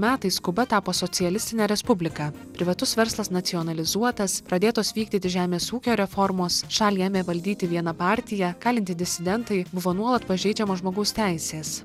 metais kuba tapo socialistine respublika privatus verslas nacionalizuotas pradėtos vykdyti žemės ūkio reformos šalį ėmė valdyti viena partija kalinti disidentai buvo nuolat pažeidžiamos žmogaus teisės